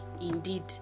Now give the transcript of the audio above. indeed